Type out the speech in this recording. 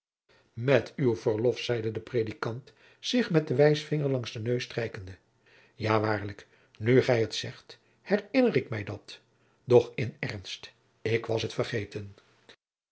met uw verlof zeide de predikant zich met den wijsvinger langs den neus strijkende ja waarlijk nu gij het zegt herinner ik mij dat doch in ernst ik was het vergeten